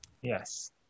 Yes